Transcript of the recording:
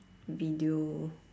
video